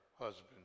husband